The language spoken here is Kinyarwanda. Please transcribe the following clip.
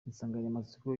insanganyamatsiko